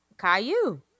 Caillou